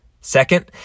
Second